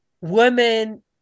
women